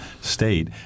state